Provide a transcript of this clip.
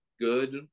good